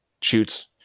shoots